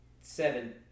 seven